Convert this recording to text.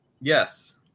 Yes